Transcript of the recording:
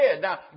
Now